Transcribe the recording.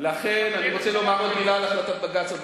אני רוצה לומר עוד מלה על החלטת בג"ץ,